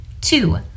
Two